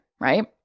Right